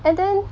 and then